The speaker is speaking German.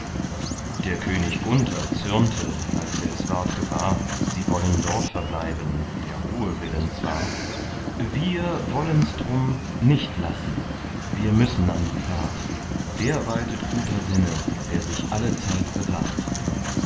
der könig gunther zürnte als er ward gewahr sie wollten dort verbleiben der ruhe willen zwar wir wollens drum nicht lassen wir müssen an die fahrt der waltet guter sinne der sich allezeit bewahrt